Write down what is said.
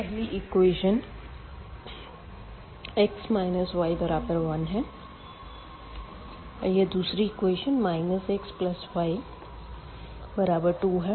पहला equation x y1 है और दूसरा xy2 है